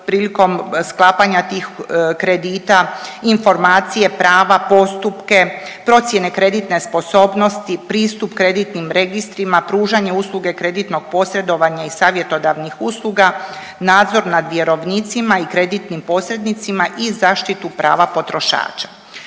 prilikom sklapanja tih kredita, informacije, prava, postupke, procjene kreditne sposobnosti, pristup kreditnim registrima, pružanju usluge kreditnog posredovanja i savjetodavnih usluga, nadzor nad vjerovnicima i kreditnim posrednicima i zaštitu prava potrošača.